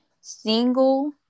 single